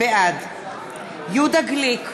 בעד יהודה גליק,